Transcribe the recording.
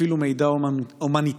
אפילו מידע הומניטרי,